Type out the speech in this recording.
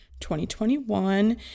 2021